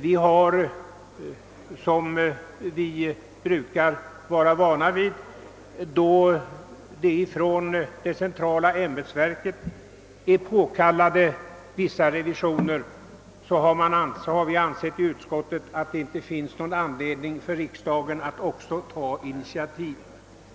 Då vissa revisioner påkallats från de centrala ämbetsverkens sida, har vi i utskottet som vanligt ansett att det inte finns någon anledning för riksdagen att ta initiativ.